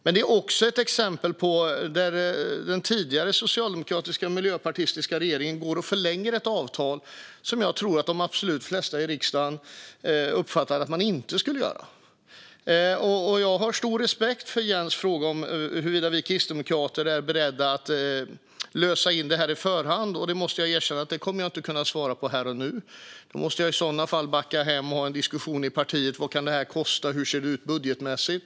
Men den är också ett exempel på hur den tidigare socialdemokratiska och miljöpartistiska regeringen förlängde ett avtal som jag tror att de absolut flesta i riksdagen uppfattade inte borde ha förlängts. Jag har stor respekt för Jens fråga om huruvida vi kristdemokrater är beredda att lösa in detta i förhand. Jag måste erkänna att jag inte kommer att kunna svara på det här och nu. Jag måste i så fall backa hem och ha en diskussion i partiet om vad detta kan kosta och hur det ser ut budgetmässigt.